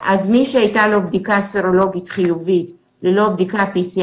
מי שהייתה לו בדיקה סרולוגית חיובית ללא בדיקת PCR